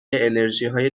انرژیهای